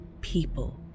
people